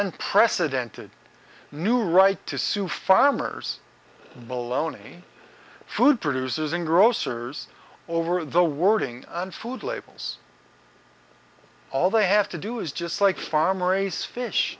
unprecedented new right to sue farmers baloney food producers and grocers or over the wording on food labels all they have to do is just like farm raised fish